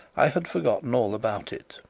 i had forgotten all about it